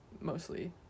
mostly